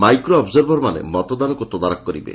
micro ଅବ୍କରଭରମାନେ ମତଦାନକୁ ତଦାରଖ କରିବେ